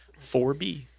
4B